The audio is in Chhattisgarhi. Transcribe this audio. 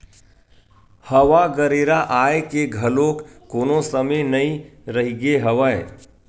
हवा गरेरा आए के घलोक कोनो समे नइ रहिगे हवय